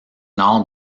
nord